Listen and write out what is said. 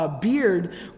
beard